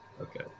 okay